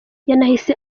yanahise